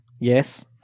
Yes